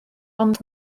ond